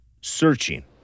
searching